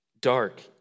dark